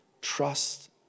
Trust